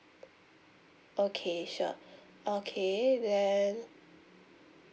okay sure okay then